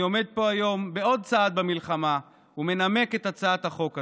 אני עומד פה היום בעוד צעד במלחמה ומנמק את הצעת החוק הזו.